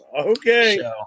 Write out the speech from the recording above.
Okay